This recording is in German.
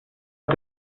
auf